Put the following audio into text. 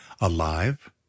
alive